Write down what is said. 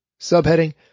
Subheading